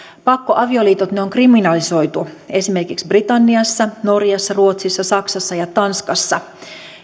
pakkoavioliitot on kriminalisoitu esimerkiksi britanniassa norjassa ruotsissa saksassa ja tanskassa